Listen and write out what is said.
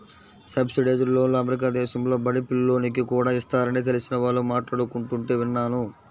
subsidised లోన్లు America దేశంలో బడి పిల్లోనికి కూడా ఇస్తారని తెలిసిన వాళ్ళు మాట్లాడుకుంటుంటే విన్నాను